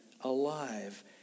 alive